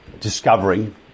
discovering